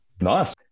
Nice